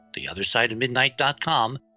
theothersideofmidnight.com